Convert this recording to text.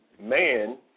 man